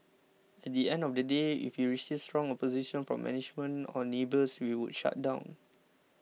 at the end of the day if we received strong opposition from management or neighbours we would shut down